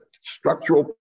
structural